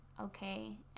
okay